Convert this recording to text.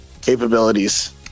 capabilities